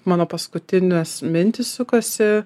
mano paskutinės mintys sukasi